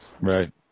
Right